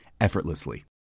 effortlessly